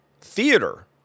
theater